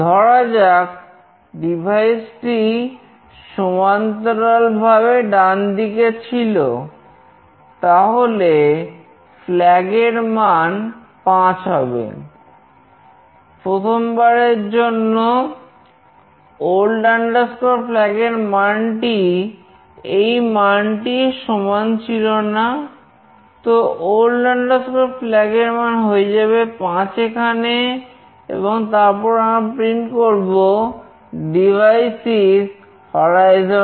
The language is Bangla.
ধরা যাক ডিভাইস করব "Device is horizontally right"